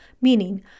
meaning